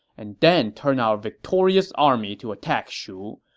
and then turn our victorious army to attack shu.